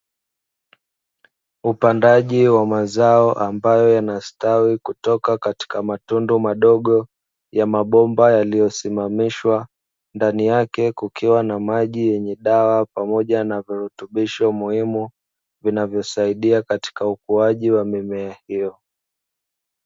Upandaji wa mazao ambayo yanastawi kutoka katika matundu madogo ya mabomba yaliyosimamishwa, ndani yake kukiwa na maji yenye dawa pamoja na virutubisho muhimu vinavyosaidia katika ukuaji wa mimea hiyo.